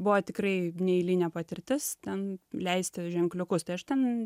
buvo tikrai neeilinė patirtis ten leisti ženkliukus tai aš ten